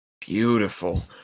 Beautiful